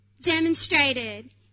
demonstrated